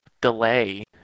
delay